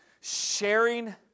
sharing